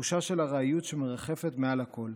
תחושה של ארעיות שמרחפת מעל הכול,